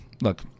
look